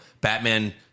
Batman